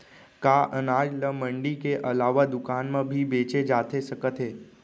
का अनाज ल मंडी के अलावा दुकान म भी बेचे जाथे सकत हे?